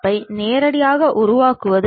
அவை எண் 3 மற்றும் 4 ஆகும்